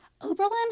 Oberlin